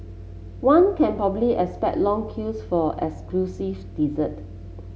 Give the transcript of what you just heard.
one can probably expect long queues for exclusive dessert